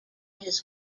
his